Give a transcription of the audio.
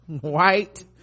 white